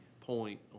point